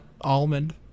Almond